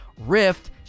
Rift